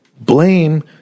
blame